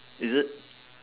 is it